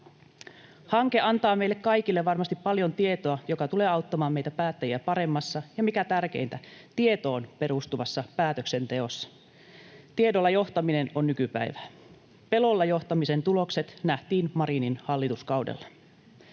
Hanke antaa meille kaikille varmasti paljon tietoa, joka tulee auttamaan meitä päättäjiä paremmassa ja, mikä tärkeintä, tietoon perustuvassa päätöksenteossa. Tiedolla johtaminen on nykypäivää. Pelolla johtamisen tulokset nähtiin Marinin hallituskaudella.